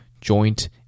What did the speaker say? joint